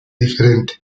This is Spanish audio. diferente